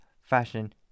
fashion